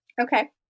okay